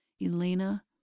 Elena